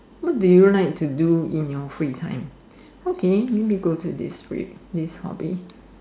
what do you like to do in your free time okay maybe go to this free hobby